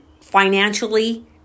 financially